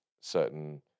certain